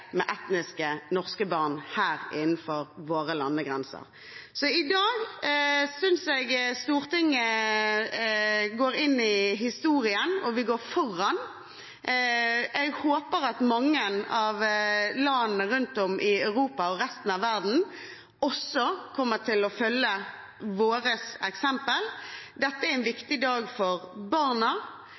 med etnisk norske barn her innenfor våre landegrenser. I dag synes jeg Stortinget går inn i historien. Vi går foran, og jeg håper at mange av landene rundt om i Europa og resten av verden kommer til å følge vårt eksempel. Dette er en viktig dag for barna,